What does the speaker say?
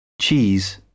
Cheese